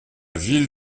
ville